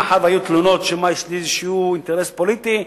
מאחר שהיו תלונות שמא יש לי איזה אינטרס פוליטי,